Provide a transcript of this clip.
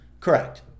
Correct